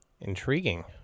Intriguing